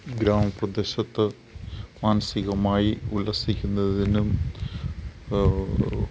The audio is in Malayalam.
ഗ്രാമപ്രദേശത്ത് മാനസികമായി ഉല്ലസിക്കുന്നതിനും